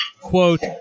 quote